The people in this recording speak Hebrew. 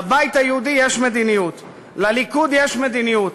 לבית היהודי יש מדיניות, לליכוד יש מדיניות.